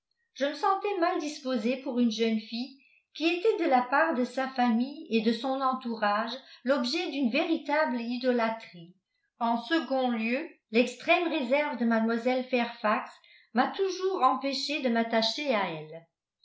je me sentais mal disposée pour une jeune fille qui était de la part de sa famille et de son entourage l'objet d'une véritable idolâtrie en second lieu l'extrême réserve de mlle fairfax m'a toujours empêchée de m'attacher à elle